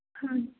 ਹਾਂ